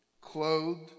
clothed